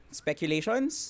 speculations